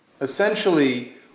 essentially